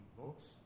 books